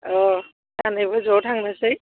अ सानैबो ज' थांनोसै